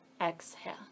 Exhale